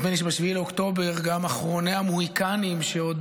נדמה לי שב-7 באוקטובר גם אחרוני המוהיקנים שעוד